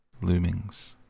Loomings